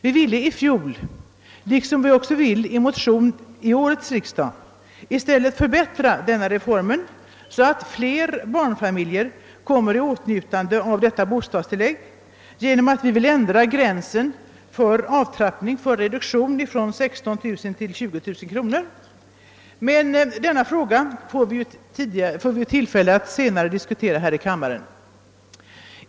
Vi ville i fjol, liksom vi vill i motion vid årets riksdag, i stället förbättra reformen så, att fler barnfamiljer kommer i åtnjutande av detta bostadstillägg. Vi vill flytta gränsen, där avtrappningen sätter in, från 16 000 till 20 000 kronor. Denna fråga får vi dock tillfälle att diskutera senare här i kammaren.